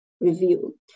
review